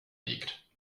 liegt